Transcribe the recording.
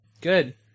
Good